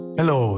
hello